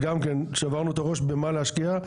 שגם שברנו את הראש במה להשקיע,